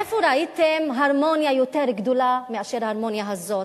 איפה ראיתם הרמוניה יותר גדולה מאשר ההרמוניה הזאת?